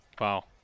Wow